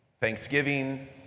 Thanksgiving